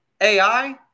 AI